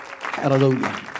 Hallelujah